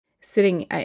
sitting